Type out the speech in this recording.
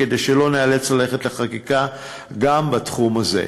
כדי שלא ניאלץ ללכת לחקיקה גם בתחום הזה.